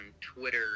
Twitter